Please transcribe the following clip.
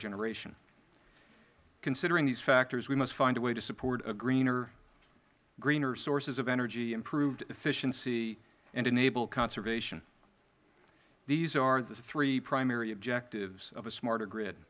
generation considering these factors we must find a way to support greener sources of energy improved efficiency and enable conservation these are the three primary objectives of a smarter grid